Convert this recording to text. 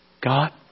God